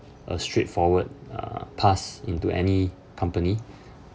a straightforward err pass into any company